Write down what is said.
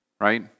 Right